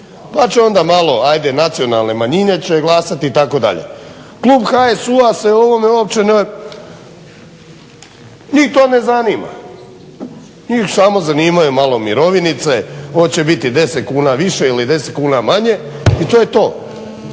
pa će onda malo hajde nacionalne manjine će glasati itd. Klub HSU-a se o ovome uopće ne, njih to ne zanima. Njih samo zanimaju malo mirovinice hoće biti 10 kuna više ili 10 kuna manje i to je to.